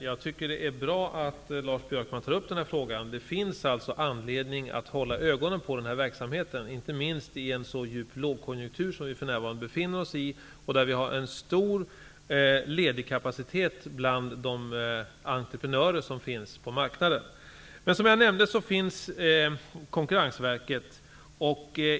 Fru talman! Det är bra att Lars Björkman tar upp den här frågan. Det finns anledning att hålla ögonen på verksamheten, inte minst i en så djup lågkonjunktur som vi för närvarande befinner oss i. Det finns en stor ledigkapacitet hos entreprenörer på marknaden. Som jag nämnde finns Konkurrensverket.